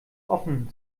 offen